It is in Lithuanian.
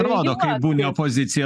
rodo kai būni opozicija